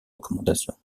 recommandation